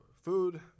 food